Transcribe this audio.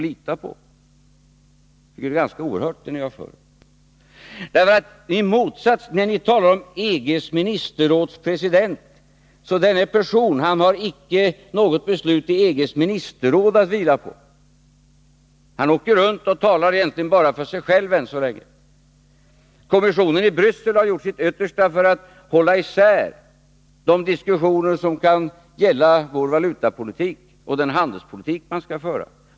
Jag tycker det ni har för er är någonting ganska oerhört. Nitalar om EG:s ministerråds president. Men denne person har icke något beslut i EG:s ministerråd att falla tillbaka på. Han åker runt och talar egentligen bara för sig själv ännu så länge. Kommissionen i Bryssel har gjort sitt yttersta för att hålla isär de diskussioner som kan gälla vår valutapolitik och den handelspolitik man skall föra.